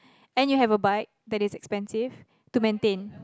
and you have a bike that is expensive to maintain